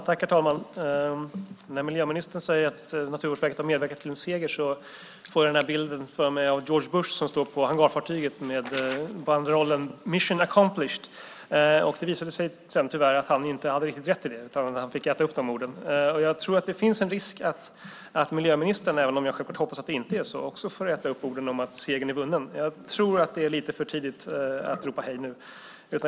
Herr talman! När miljöministern säger att Naturvårdsverket har medverkat till en seger ser jag framför mig bilden av George Bush som står på hangarfartyget med banderollen: Mission accomplished. Det visade sig sedan att han tyvärr inte hade rätt. Han fick äta upp de orden. Jag tror - även om jag hoppas att det inte blir så - att det finns en risk att miljöministern också får äta upp orden om att segern är vunnen. Jag tror att det är lite för tidigt att ropa hej.